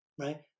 right